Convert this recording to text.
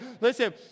listen